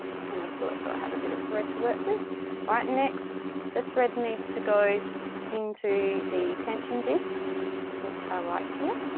kind of pull it so i have a bit of thread to work with alright next the thread needs to go into the tension disks which are right here.